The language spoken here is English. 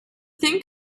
think